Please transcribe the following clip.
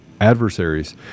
adversaries